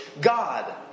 God